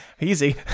Easy